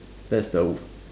that's the